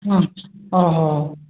ହଁ ହେଉ ହେଉ